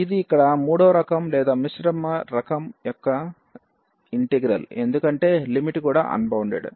ఇది ఇక్కడ మూడవ రకం లేదా మిశ్రమ రకం యొక్క ఇంటిగ్రల్ఎందుకంటే లిమిట్ కూడా అన్బౌండెడ్